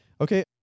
Okay